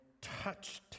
touched